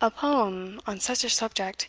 a poem on such a subject,